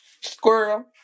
squirrel